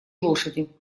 лошади